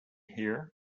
hear